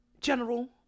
general